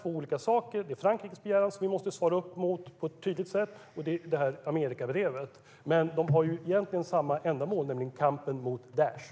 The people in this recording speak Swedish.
Å ena sidan har vi Frankrikes begäran, som vi måste svara upp emot på ett tydligt sätt, å andra sidan har vi Amerikabrevet. De har dock egentligen samma ändamål, nämligen kampen mot Daish.